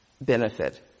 Benefit